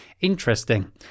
interesting